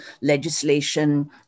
legislation